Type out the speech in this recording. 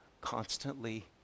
constantly